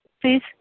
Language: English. please